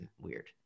weird